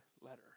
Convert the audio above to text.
letter